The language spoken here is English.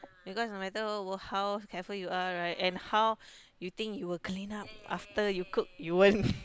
because no matter how careful you are right and how you think you will clean up after you cook you won't